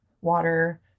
water